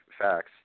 facts